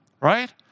right